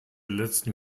letzten